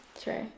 True